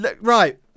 Right